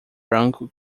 branco